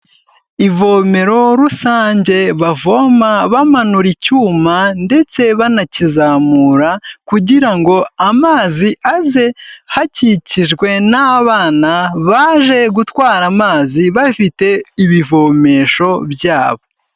Ivomero rusange, bavoma bamanura icyuma, ndetse banakizamura, kugira ngo amazi aze, hakikijwe n'abana baje gutwara amazi, bafite ibivomesho byabo.